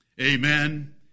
Amen